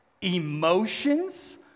emotions